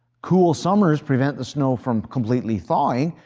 cool summers prevent the snow from completely thawing,